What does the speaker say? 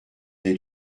des